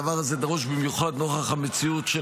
הדבר הזה דרוש במיוחד נוכח המציאות של